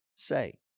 say